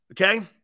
Okay